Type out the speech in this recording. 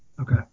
Okay